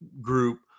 group